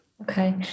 Okay